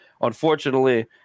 Unfortunately